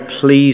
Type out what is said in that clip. please